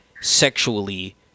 sexually